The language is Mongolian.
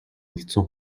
үлдсэн